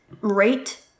rate